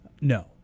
No